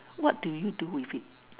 what do you do with it